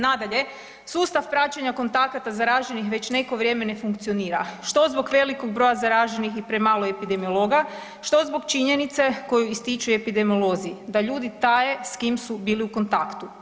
Nadalje, sustav praćenja kontakata zaraženih već neko vrijeme ne funkcionira što zbog velikog broja zaraženih i premalo epidemiologa, što zbog činjenice koju ističu epidemiolozi da ljudi taje s kim su bili u kontaktu.